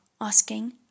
asking